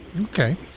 Okay